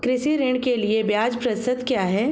कृषि ऋण के लिए ब्याज प्रतिशत क्या है?